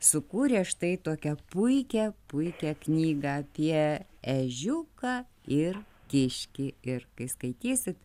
sukūrė štai tokią puikią puikią knygą apie ežiuką ir kiškį ir kai skaitysit